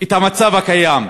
את המצב הקיים.